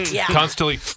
constantly